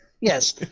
Yes